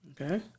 Okay